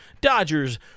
Dodgers